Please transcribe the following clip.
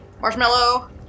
Marshmallow